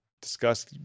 discuss